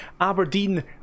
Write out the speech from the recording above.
aberdeen